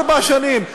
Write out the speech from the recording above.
ארבע שנים,